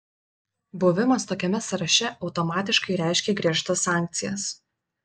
buvimas tokiame sąraše automatiškai reiškia griežtas sankcijas